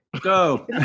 go